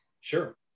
Sure